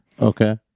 Okay